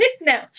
No